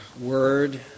word